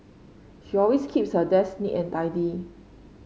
she always keeps her desk neat and tidy